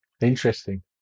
interesting